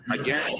again